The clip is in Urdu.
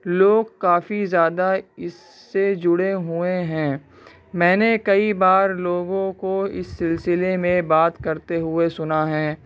لوگ کافی زیادہ اس سے جڑے ہوئے ہیں میں نے کئی بار لوگوں کو اس سلسلے میں بات کرتے ہوئے سنا ہیں